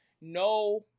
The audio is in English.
no